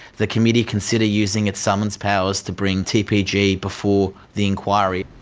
the committee consider using its summons powers to bring tpg before the inquiry.